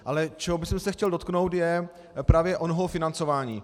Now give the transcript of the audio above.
Ale čeho bych se chtěl dotknout, je právě onoho financování.